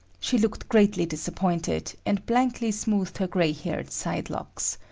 she looked greatly disappointed, and blankly smoothed her gray-haired sidelocks.